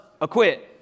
acquit